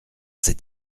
cet